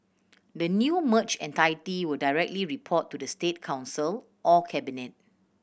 the new merged entity will directly report to the State Council or cabinet